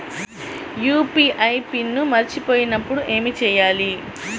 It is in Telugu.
యూ.పీ.ఐ పిన్ మరచిపోయినప్పుడు ఏమి చేయాలి?